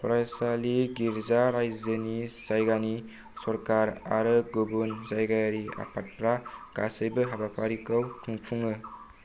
फरायसालि गिर्जा राज्योनि जायगानि सरकार आरो गुबुन जायगायारि आफादफ्रा गासैबो हाबाफारिखौ खुंफुङो